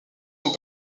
sont